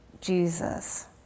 Jesus